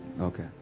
Okay